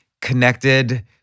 connected